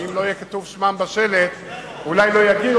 ואם לא יהיה כתוב שמם בשלט אולי לא יגיעו,